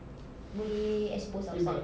boleh expose outside